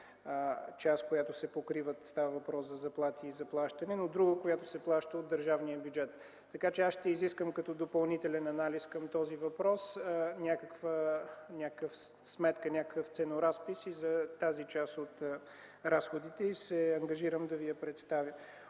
част, която се покрива – става въпрос за заплати и за плащане, и друга, която се плаща от държавния бюджет. Аз ще изискам като допълнителен анализ към този въпрос някаква сметка, някакъв ценоразпис и за тази част от разходите и се ангажирам да Ви я представя.